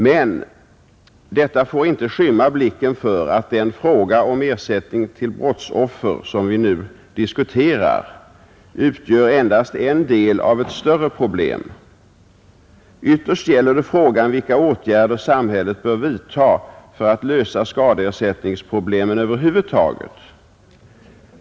Men detta får inte skymma blicken för att den fråga om ekonomisk ersättning till brottsoffer som vi nu diskuterar utgör endast en del av ett större problem. Ytterst gäller det frågan om vilka åtgärder samhället bör vidta för att lösa skadeersättningsproblemen över huvud taget.